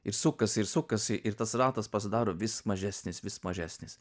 ir sukasi ir sukasi ir tas ratas pasidaro vis mažesnis vis mažesnis